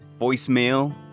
voicemail